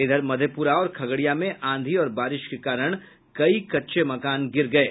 इधर मधेपुरा और खगड़िया में आंधी और बारिश के कारण कई कच्चे मकान गिर गये